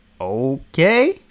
Okay